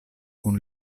kun